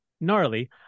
gnarly